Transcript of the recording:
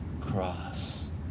cross